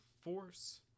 force